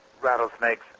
rattlesnakes